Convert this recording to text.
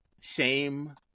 shame